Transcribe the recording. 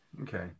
Okay